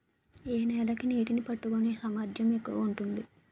ఏ నేల కి నీటినీ పట్టుకునే సామర్థ్యం ఎక్కువ ఉంటుంది?